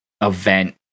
event